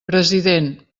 president